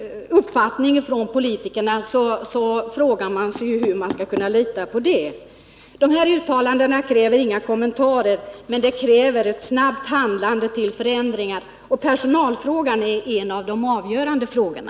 Uttalandena kräver inga kommentarer, men de kräver ett snabbt handlande för att få till stånd förändringar. Personalfrågan är en av de avgörande frågorna.